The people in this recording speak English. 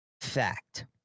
Fact